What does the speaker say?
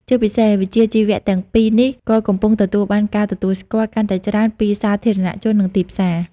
ជាពិសេស វិជ្ជាជីវៈទាំងពីរនេះក៏កំពុងទទួលបាន ការទទួលស្គាល់ កាន់តែច្រើនពីសាធារណជន និងទីផ្សារ។